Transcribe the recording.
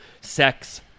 sex